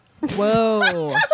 Whoa